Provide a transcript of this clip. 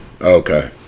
Okay